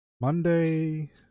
Monday